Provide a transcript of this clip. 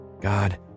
God